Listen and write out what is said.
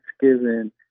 Thanksgiving